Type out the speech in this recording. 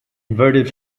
inverted